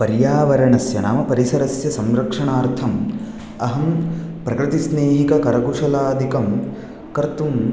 पर्यावरणस्य नाम परिसरस्य संरक्षणार्थम् अहं प्रकृतिस्नेहिककरकुशलादिकं कर्तुं